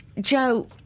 Joe